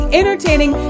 entertaining